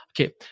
Okay